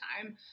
time